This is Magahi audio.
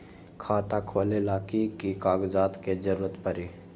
खाता खोले ला कि कि कागजात के जरूरत परी?